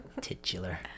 titular